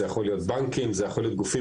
זה יכול להיות בנקים וזה יכול להיות גופים